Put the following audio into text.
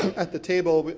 at the table, but